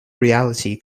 reality